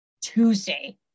Tuesday